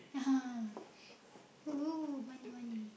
!woohoo! money money